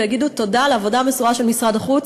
ויגידו תודה על העבודה המסורה של משרד החוץ,